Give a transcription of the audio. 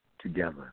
together